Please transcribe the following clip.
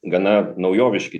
gana naujoviški